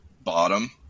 Bottom